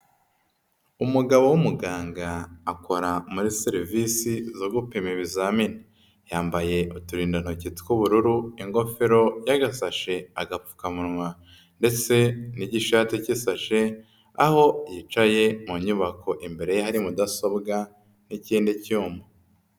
Umugabo w'umuganga akora muri serivisi zo gupima ibizamini. Yambaye uturindantoki tw'ubururu, ingofero y'agasashe, agapfukamunwa ndetse n'igishate k'isashe, aho yicaye mu nyubako imbere hari mudasobwa n'ikindi cyuma.